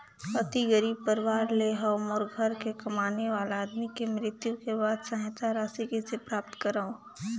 अति गरीब परवार ले हवं मोर घर के कमाने वाला आदमी के मृत्यु के बाद सहायता राशि कइसे प्राप्त करव?